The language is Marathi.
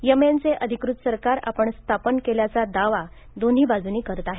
येमेनचे अधिकृत सरकार आपण स्थापन केल्याचा दावा दोन्ही बाजू करत आहेत